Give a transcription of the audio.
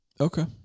Okay